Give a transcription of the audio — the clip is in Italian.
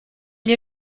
gli